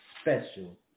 special